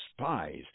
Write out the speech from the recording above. spies